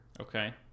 okay